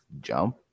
jump